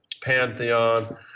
Pantheon